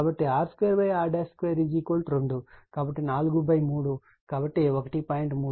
కాబట్టి r 2 r 2 2 కాబట్టి ఇది 4 3 1